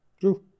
True